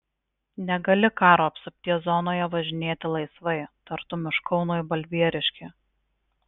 negali karo apsupties zonoje važinėti laisvai tartum iš kauno į balbieriškį